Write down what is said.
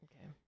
Okay